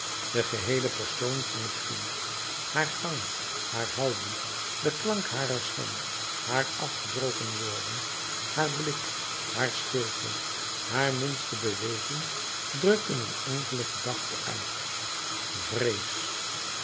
de geheele persoon van het kind haar gang haar houding de klank harer stem haar afgebroken woorden haar blik haar stilte haar minste beweging drukten een enkele gedachte uit vrees